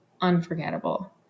unforgettable